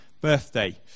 birthday